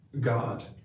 God